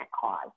cause